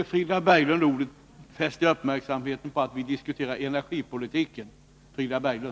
Innan jag ger Frida Berglund ordet, fäster jag uppmärksamheten på att vi diskuterar energipolitiken.